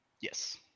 Yes